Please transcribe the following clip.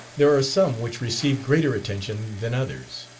there are some which receive greater attention than others,